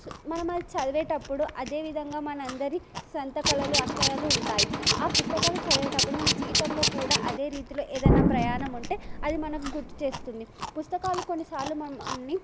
మనం అది చదివేటప్పుడు అదేవిధంగా మనందరి సొంత కలలు అశయాలు ఉంటాయి ఆ పుస్తకాన్ని చదివేటప్పుడు మన జీవితంలో కూడా అదే రీతిలో ఏదన్నా ప్రయాణం ఉంటే అది మనకు గుర్తు చేేస్తుంది పుస్తకాలు కొన్నిసార్లు మనల్ని